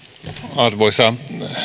arvoisa